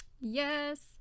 yes